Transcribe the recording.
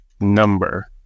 number